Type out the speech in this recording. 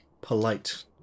polite